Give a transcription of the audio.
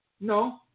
No